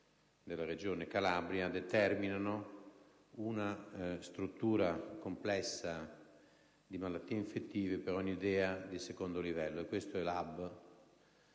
della Regione Calabria, determinano una struttura complessa di malattie infettive per ogni DEA di secondo livello (*Hub*); i